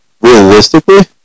Realistically